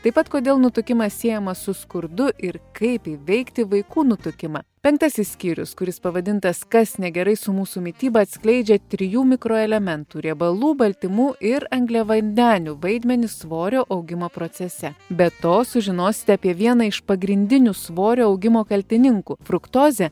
taip pat kodėl nutukimas siejamas su skurdu ir kaip įveikti vaikų nutukimą penktasis skyrius kuris pavadintas kas negerai su mūsų mityba atskleidžia trijų mikroelementų riebalų baltymų ir angliavandenių vaidmenį svorio augimo procese be to sužinosite apie vieną iš pagrindinių svorio augimo kaltininkų fruktozę